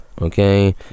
Okay